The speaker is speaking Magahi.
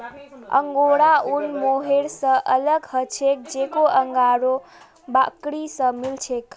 अंगोरा ऊन मोहैर स अलग ह छेक जेको अंगोरा बकरी स मिल छेक